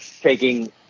taking